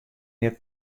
mear